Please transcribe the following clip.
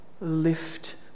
lift